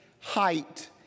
height